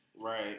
right